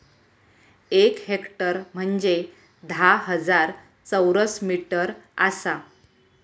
एक हेक्टर म्हंजे धा हजार चौरस मीटर आसा